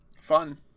Fun